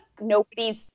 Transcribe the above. Nobody's